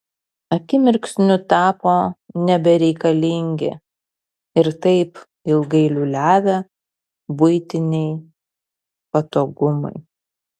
akimirksniu tapo nebereikalingi ir taip ilgai liūliavę buitiniai patogumai